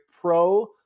pro